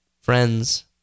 friends